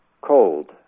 cold